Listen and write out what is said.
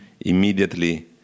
immediately